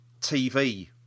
TV